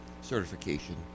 certification